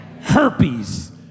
herpes